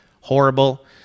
horrible